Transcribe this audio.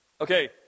Okay